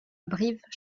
brives